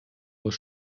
aus